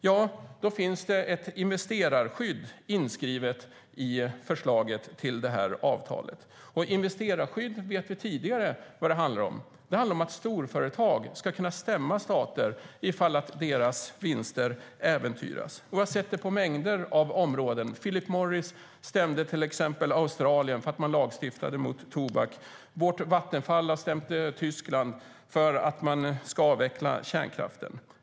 Ja, då finns det ett investerarskydd i förslaget till detta avtal. Investerarskydd vet vi sedan tidigare vad det handlar om, nämligen att storföretag ska kunna stämma stater om deras vinster äventyras. Vi har sett detta på mängder av områden - Philip Morris stämde till exempel Australien för att landet lagstiftade mot tobak, och vårt Vattenfall har stämt Tyskland för att landet ska avveckla kärnkraften.